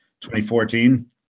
2014